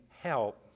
help